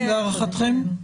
להערכתם?